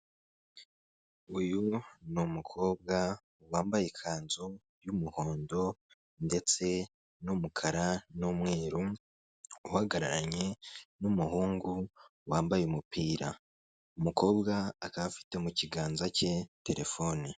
Uyu ni umukobwa wambaye ikanzu y'umuhondo ndetse n'umukara n'umweru uhagararanye n'umuhungu wambaye umupira, umukobwa akaba afite mu kiganza cye telefone.